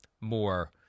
more